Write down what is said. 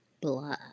blah